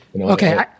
Okay